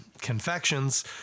confections